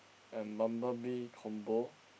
and Bumblebee combo